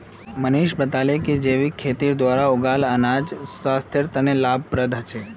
मनीष बताले कि जैविक खेतीर द्वारा उगाल अनाज स्वास्थ्य तने लाभप्रद ह छे